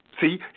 See